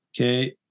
Okay